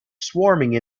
swarming